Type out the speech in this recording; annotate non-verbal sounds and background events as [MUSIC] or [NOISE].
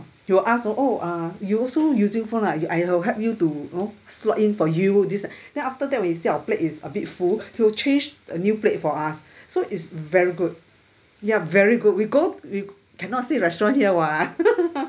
you ask oh uh you also using phone lah I'll help you to know slot in for you this ah then after that we self plate is a bit full he'll change a new plate for us so he's very good ya very good we go we cannot say restaurant here [what] [LAUGHS]